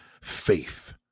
faith